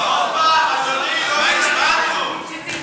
עוד פעם, אדוני, לא הצבענו.